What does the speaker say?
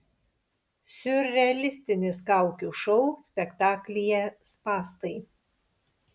siurrealistinis kaukių šou spektaklyje spąstai